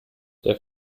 der